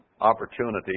opportunity